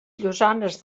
llosanes